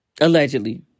Allegedly